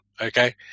Okay